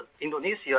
Indonesia